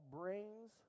brings